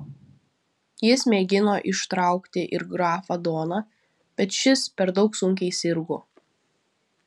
jis mėgino ištraukti ir grafą doną bet šis per daug sunkiai sirgo